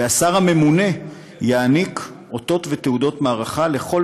והשר הממונה יעניק אותות ותעודות מערכה לכל